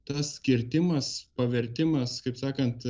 tas kirtimas pavertimas kaip sakant